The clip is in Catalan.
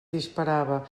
disparava